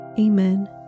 Amen